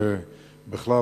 ובכלל,